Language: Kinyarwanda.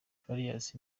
farious